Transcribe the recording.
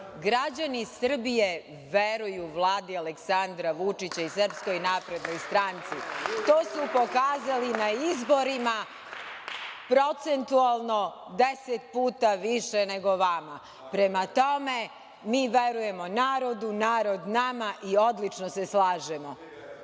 Građani Srbije veruju Vladi Aleksandra Vučića i SNS. To su pokazali na izborima, procentualno deset puta više nego vama. Prema tome, mi verujemo narodu, narod nama i odlično se slažemo.